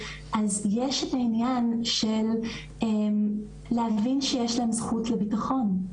אז יש את העניין של להבין שיש להם זכות לביטחון.